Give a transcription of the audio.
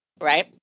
right